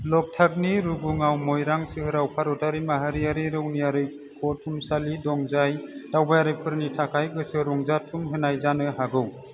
लकटाकनि रुगुङाव मइरां सोहोराव भारतआरि माहारियारि रौनिया रैखरफुंसालि दं जाय दावबायारिफोरनि थाखाय गोसो रंजाथुम होनाय जानो हागौ